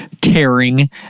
caring